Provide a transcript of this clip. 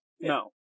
No